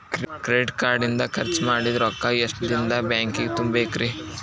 Credit card ಇಂದ್ ಖರ್ಚ್ ಮಾಡಿದ್ ರೊಕ್ಕಾ ಎಷ್ಟ ದಿನದಾಗ್ ಬ್ಯಾಂಕಿಗೆ ತುಂಬೇಕ್ರಿ?